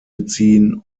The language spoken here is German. beziehen